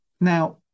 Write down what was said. Now